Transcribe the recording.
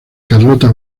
carlota